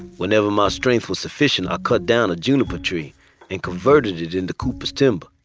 whenever my strength was sufficient, i cut down a juniper tree and converted it into cooper's timber.